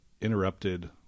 interrupted